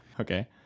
Okay